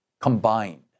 combined